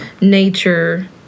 nature